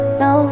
no